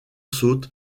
saute